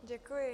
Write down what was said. Děkuji.